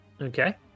Okay